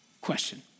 Question